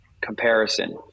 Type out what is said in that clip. comparison